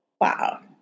Wow